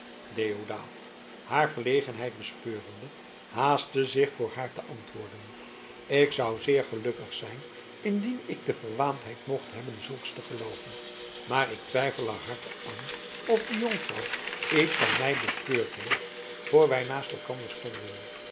deodaat haar verlegenheid bespeurende haastte zich voor haar te antwoorden ik zou zeer gelukkig zijn indien ik de verwaandheid mocht hebben zulks te gelooven maar ik twijfel er hard aan of de jonkvrouw iets van mij bespeurd heeft voor wij naast elkander stonden